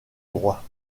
droits